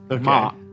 ma